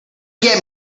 get